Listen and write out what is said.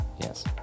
yes